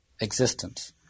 existence